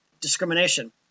discrimination